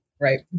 Right